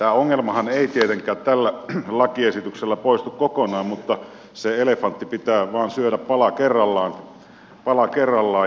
tämä ongelmahan ei tietenkään tällä lakiesityksellä poistu kokonaan mutta se elefantti vain pitää syödä pala kerrallaan